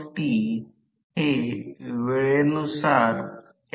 हे एकसमान आहे जेणेकरून मशीन च्या रेटिंग नुसार ते 0